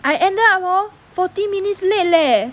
I ended up hor forty minutes late leh